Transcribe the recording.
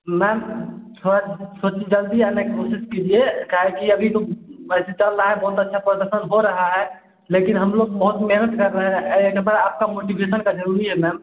ma'am थोड़ा सोचें जल्दी आने की कोशिश कीजिए क्या है कि अभी तो ऐसे चल रहा है बहुत अच्छा परदर्शन हो रहा है लेकिन हम लोग बहुत मेहनत कर रहें हैं एक बार आप का मोटिवेशन का ज़रूरी है मैम